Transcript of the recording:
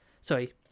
Sorry